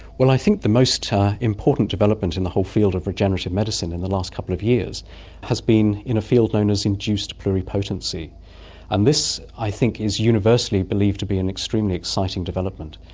i think the most important development in the whole field of regenerative medicine in the last couple of years has been in a field known as induced pluripotency and this i think is universally believed to be an extremely exciting development.